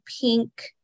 pink